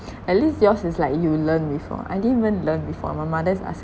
at least yours is like you learned before I didn't even learn before my mother is asking